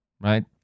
right